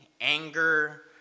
anger